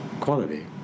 quality